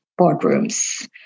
boardrooms